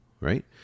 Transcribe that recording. Right